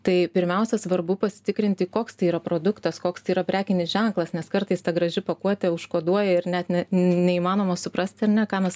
tai pirmiausia svarbu pasitikrinti koks tai yra produktas koks tai yra prekinis ženklas nes kartais ta graži pakuotė užkoduoja ir net ne neįmanoma suprasti ar ne ką mes